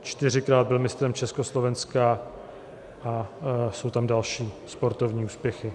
Čtyřikrát byl mistrem Československa a jsou tam další sportovní úspěchy.